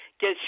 get